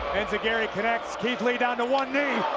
enziguri connects, keit lee down to one knee,